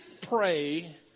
pray